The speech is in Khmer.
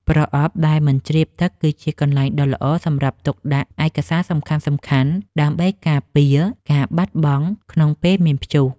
ប្រអប់ដែលមិនជ្រាបទឹក គឺជាកន្លែងដ៏ល្អសម្រាប់ទុកដាក់ឯកសារសំខាន់ៗដើម្បីការពារការបាត់បង់ក្នុងពេលមានព្យុះ។